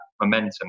momentum